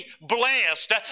blessed